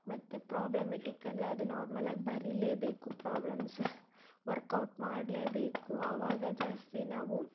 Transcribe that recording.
ಮತ್ತು ಪ್ರಾಬ್ಲಮೆಟಿಕ್ ಅಂದರೆ ಅದು ನಾರ್ಮಲ್ಲಾಗಿ ಬರೀಲೇಬೇಕು ಪ್ರಾಬ್ಲಮ್ಸ್ ವರ್ಕೌಟ್ ಮಾಡಲೇಬೇಕು ಅವಾಗ ಜಾಸ್ತಿ ನಾವು